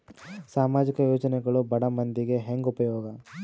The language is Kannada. ಸಾಮಾಜಿಕ ಯೋಜನೆಗಳು ಬಡ ಮಂದಿಗೆ ಹೆಂಗ್ ಉಪಯೋಗ?